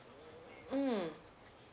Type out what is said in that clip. mm